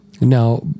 Now